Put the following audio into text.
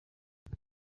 kuri